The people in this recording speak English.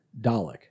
Dalek